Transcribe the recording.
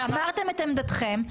אמרתם את עמדתכם.